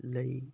ਲਈ